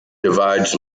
divides